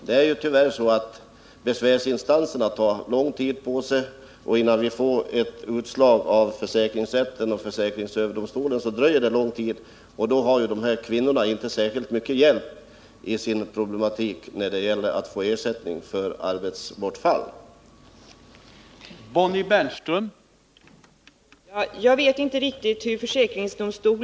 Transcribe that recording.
Det är ju tyvärr så att besvärsinstanserna tar Torsdagen den lång tid på sig, det dröjer således innan vi får ett utslag från försäkringsrätten 29 november 1979 och försäkringsöverdomstolen, och under den tiden har de berörda kvinnorna inte särskilt mycken hjälp när det gäller att få ersättning för bortfall av